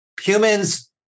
humans